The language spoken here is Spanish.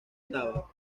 octava